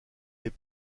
des